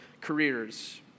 careers